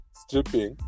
stripping